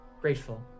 grateful